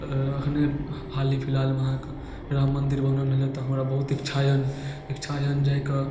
एखने हाले फिलहालमे अहाँके राम मन्दिर बनल रहै तऽ हमरा बहुत इच्छा यऽ इच्छा यऽ जाइके